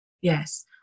Yes